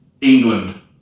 England